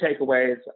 takeaways